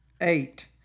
Eight